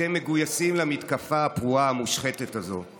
אתם מגויסים למתקפה הפרועה המושחתת הזו.